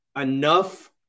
enough